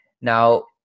Now